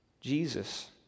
Jesus